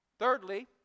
Thirdly